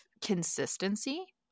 consistency